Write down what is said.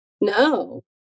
No